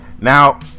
Now